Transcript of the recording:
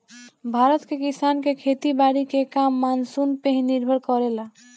भारत के किसान के खेती बारी के काम मानसून पे ही निर्भर करेला